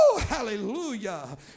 hallelujah